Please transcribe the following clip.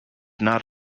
not